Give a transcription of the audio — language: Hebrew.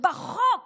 בחוק